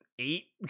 eight